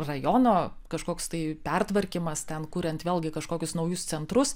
rajono kažkoks tai pertvarkymas ten kuriant vėlgi kažkokius naujus centrus